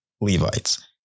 Levites